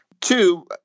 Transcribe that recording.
Two